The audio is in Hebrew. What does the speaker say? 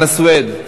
חנא סוייד.